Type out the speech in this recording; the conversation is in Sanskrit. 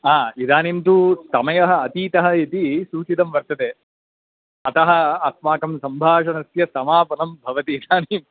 हा इदानीं तु समयः अतीतः इति सूचितं वर्तते अतः अस्माकं सम्भाषणस्य समापनं भवति इदानीम्